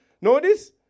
Notice